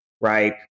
right